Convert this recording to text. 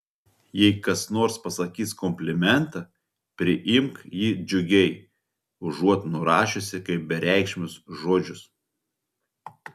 jei kas nors pasakys komplimentą priimk jį džiugiai užuot nurašiusi kaip bereikšmius žodžius